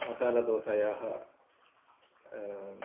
मसालादोसायाः